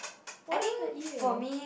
what about you